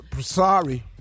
Sorry